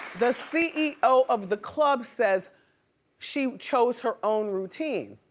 the ceo of the club says she chose her own routine.